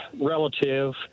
relative